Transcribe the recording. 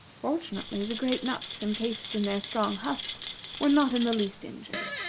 fortunately the great nuts incased in their strong husks were not in the least injured,